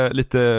lite